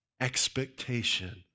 expectation